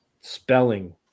Spelling